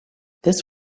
this